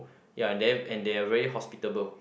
ya and then and they're really hospitable